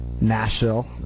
Nashville